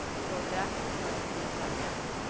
we'll go back into a deep flat back.